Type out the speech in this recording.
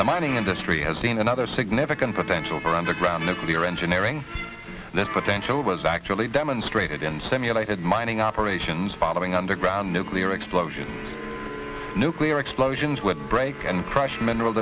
the mining industry has seen another significant potential for underground nuclear engineering this potential was actually demonstrated in simulated mining operations following underground nuclear explosions nuclear explosions would break and crush mineral